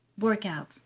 workouts